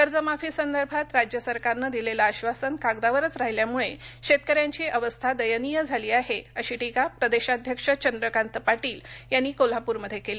कर्ज माफी संदर्भात राज्य सरकारनं दिलेलं आश्वासन कागदावरच राहिल्यामुळे शेतकऱ्यांची अवस्था दयनीय झाली आहे अशी टीका प्रदेशाध्यक्ष चंद्रकांत पाटील यांनी कोल्हापूर मध्ये केली